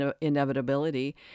inevitability